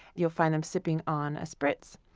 you'll find them sipping on a spritz.